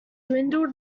dwindled